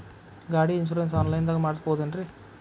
ಗಾಡಿ insurance online ದಾಗ ಮಾಡಸ್ಬಹುದೆನ್ರಿ?